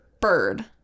bird